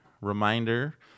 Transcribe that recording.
reminder